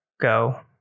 go